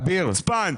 חוצפן.